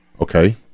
Okay